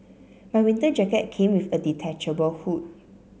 my winter jacket came with a detachable hood